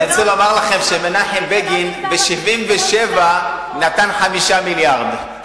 אני רוצה לומר לכם שמנחם בגין ב-1977 נתן 5 מיליארדים.